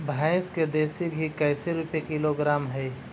भैंस के देसी घी कैसे रूपये किलोग्राम हई?